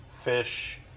fish